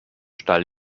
stall